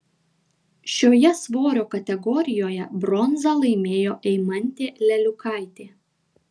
šioje svorio kategorijoje bronzą laimėjo eimantė leliukaitė